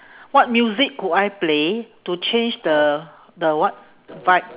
what music could I play to change the the what vibe